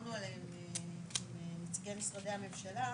שדיברנו עליהם עם נציגי משרדי הממשלה,